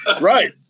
Right